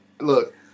Look